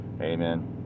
Amen